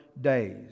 days